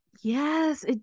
yes